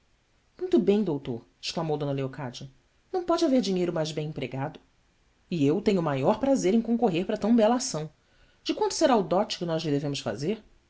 muito bem doutor exclamou eocádia ão pode haver dinheiro mais bem empregado eu tenho o maior prazer em concorrer para tão bela ação de quanto será o dote que nós lhe devemos fazer